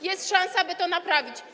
Jest szansa, by to naprawić.